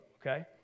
okay